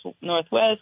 Northwest